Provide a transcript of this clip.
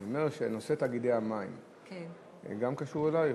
אני אומר שנושא תאגידי המים גם קשור אלייך.